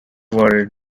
worried